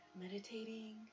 meditating